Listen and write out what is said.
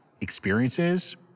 experiences